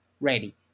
ready